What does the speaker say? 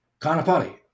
Kanapali